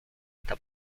esta